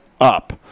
up